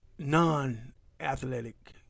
Non-athletic